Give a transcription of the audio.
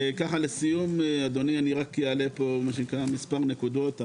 לסיום, אדוני אני רק אעלה פה מספר נקודות.